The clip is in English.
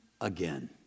again